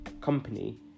company